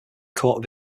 court